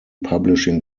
publishing